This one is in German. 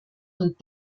und